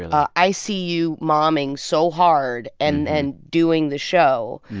ah i see you momming so hard and and doing the show,